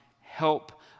help